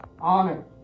Honor